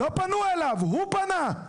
לא פנו אליו, הוא פנה.